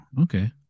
Okay